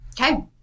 Okay